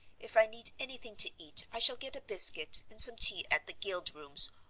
if i need anything to eat i shall get a biscuit and some tea at the guild rooms,